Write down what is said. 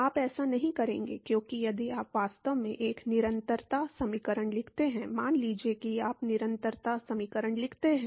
आप ऐसा नहीं करेंगे क्योंकि यदि आप वास्तव में एक निरंतरता समीकरण लिखते हैं मान लीजिए कि आप निरंतरता समीकरण लिखते हैं